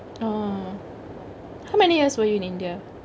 orh how many years were you in india